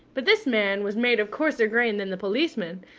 but this man was made of coarser grain than the policeman,